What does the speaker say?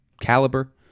caliber